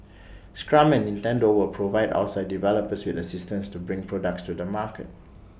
scrum and Nintendo will provide outside developers with assistance to bring products to the market